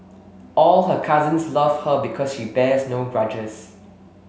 all her cousins love her because she bears no grudges